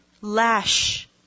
lash